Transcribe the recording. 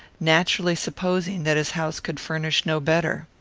naturally supposing that his house could furnish no better.